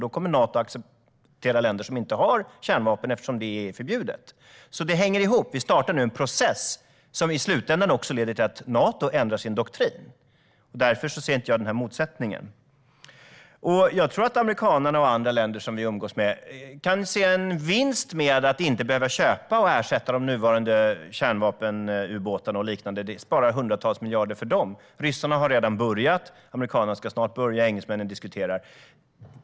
Då kommer Nato att acceptera länder som inte har kärnvapen, eftersom det är förbjudet. Detta hänger alltså ihop. Vi startar nu en process som i slutändan leder till att Nato ändrar sin doktrin. Därför ser jag inte den här motsättningen. Jag tror att amerikanerna - det gäller även andra länder som vi umgås med - kan se en vinst i att inte behöva bekosta ersättning av de nuvarande kärnvapenubåtarna och liknande. Det sparar hundratals miljarder för dem. Ryssarna har redan börjat. Amerikanerna ska snart börja. Engelsmännen diskuterar.